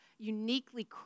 uniquely